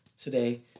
today